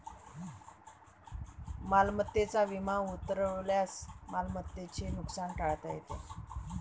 मालमत्तेचा विमा उतरवल्यास मालमत्तेचे नुकसान टाळता येते